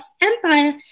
empire